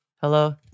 Hello